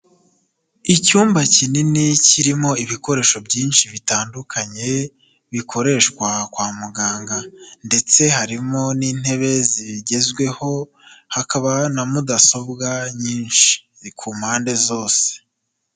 Icyumba kinini kirimo ibikoresho byinshi bitandukanye bikoreshwa kwa muganga ndetse harimo n'intebe zigezweho, hakaba na mudasobwa nyinshi ku mpande zose.